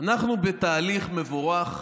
אנחנו בתהליך מבורך